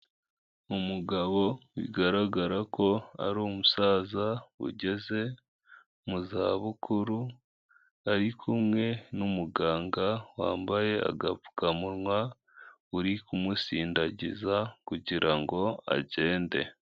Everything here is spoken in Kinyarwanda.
Umugabo bigaragara ko ari umusaza ugeze mu za bukuru, ari kumwe n'umuganga wambaye agapfukamunwa uri kumusindagiza kugira ngo agende.